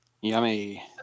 Yummy